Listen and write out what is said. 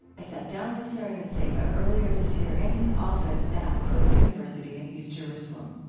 i sat down with sari nusseibeh earlier this year in his office at al-quds university in east jerusalem.